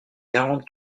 quarante